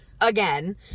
again